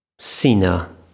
Sina